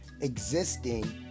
existing